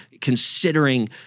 considering